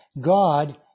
God